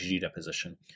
deposition